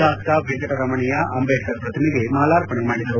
ಶಾಸಕ ವೆಂಕಟರಮಣಯ್ಯ ಅಂಬೇಡ್ಕರ್ ಪ್ರತಿಮೆಗೆ ಮಾಲಾರ್ಪಣೆ ಮಾಡಿದರು